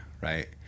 Right